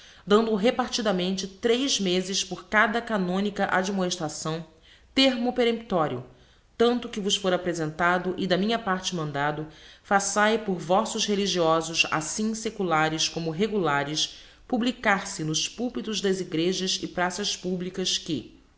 dando repartidamente trez mezes por cada canonica admoestaçaõ termo peremptorio tanto que vos for apresentado e da minha parte mandado façaes por vossos religiosos assim seculares como regulares publicar se nos pulpitos das egrejas e praças publicas que